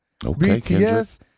BTS